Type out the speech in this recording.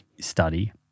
study